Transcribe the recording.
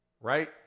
right